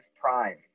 prime